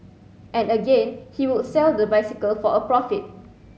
and again he would sell the bicycle for a profit